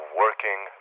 working